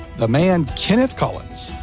the man kenneth collins,